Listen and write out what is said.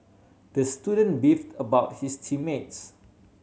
the student beefed about his team mates